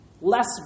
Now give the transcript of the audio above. less